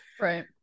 right